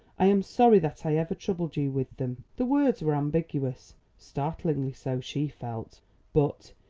i am sorry that i ever troubled you with them. the words were ambiguous startlingly so, she felt but,